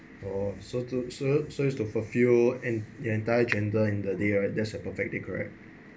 oh so to s~ so is to fulfill the entire agenda in the day right there's a perfect day correct